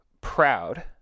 proud